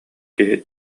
киһи